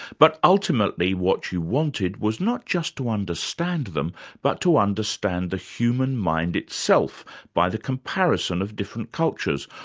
but ultimately, what you wanted was not just to understand them but to understand the human mind itself by the comparison of different cultures,